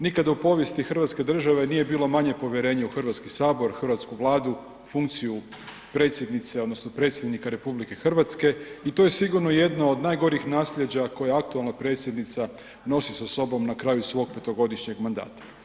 Nikada u povijesti hrvatske države nije bilo manje povjerenja u HS, hrvatsku Vladu, funkciju predsjednice odnosno predsjednika RH i to je sigurno jedna od najgorih nasljeđa koja aktualna predsjednica nosi sa sobom na kraju svog petogodišnjeg mandata.